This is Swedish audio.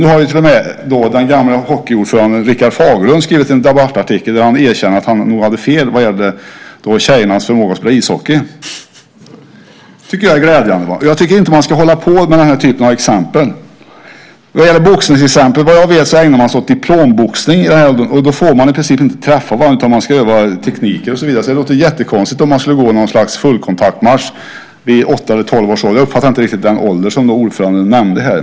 Nu har till och med den gamle hockeyordföranden Rickard Fagerlund skrivit en debattartikel där han erkänner att han nog hade fel när det gäller tjejernas förmåga att spela ishockey. Det tycker jag är glädjande. Och jag tycker inte man ska hålla på att ge denna typ av exempel. När det gäller boxningsexemplet så ägnar man sig såvitt jag vet åt diplomboxning, och då får man i princip inte träffa varandra, utan man ska öva teknik och så vidare. Det låter därför jättekonstigt om man skulle gå något slags fullkontaktmatch vid åtta eller tolv års ålder. Jag uppfattade inte riktigt vilken ålder som ordföranden nämnde här.